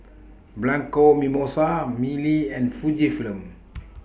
Bianco Mimosa Mili and Fujifilm